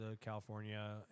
California